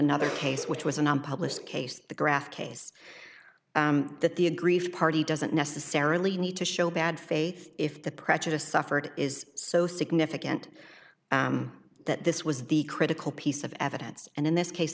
another case which was an unpublished case the graft case that the aggrieved party doesn't necessarily need to show bad faith if the prejudice suffered is so significant that this was the critical piece of evidence and in this case